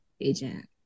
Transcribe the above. agent